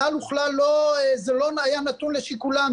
כלל וכלל זה לא היה נתון לשיקולם.